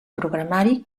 programari